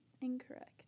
Incorrect